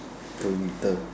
burrito